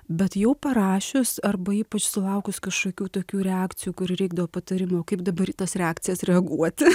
bet jau parašius arba ypač sulaukus kažkokių tokių reakcijų kurių reikdavo patarimų kaip dabar į tas reakcijas reaguoti